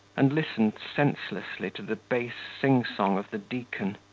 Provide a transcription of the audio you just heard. and listened senselessly to the bass sing-song of the deacon,